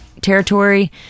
territory